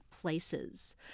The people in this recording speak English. places